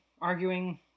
arguing